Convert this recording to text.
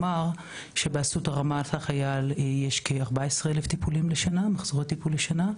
באסותא רמת החייל יש כ-14,000 מחזורי טיפול בשנה,